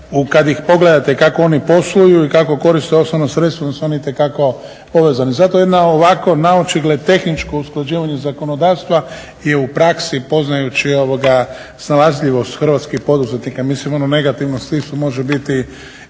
ako pogledate kako oni posluju i kakvu korist to osnovno sredstvom su oni itekako povezani. Zato jedna ovako naočigled tehničko usklađivanje zakonodavstva je u praksi poznajući ovoga snalažljivost hrvatskih poduzetnika, mislim ono u negativnom smislu može biti